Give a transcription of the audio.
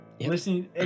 listening